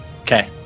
Okay